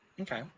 Okay